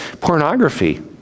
Pornography